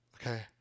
Okay